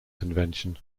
convention